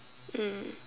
mm